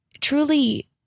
Truly